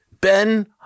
Ben